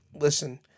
Listen